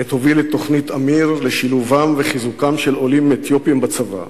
עת הוביל את תוכנית "אמיר" לשילובם וחיזוקם של עולים אתיופים בצבא.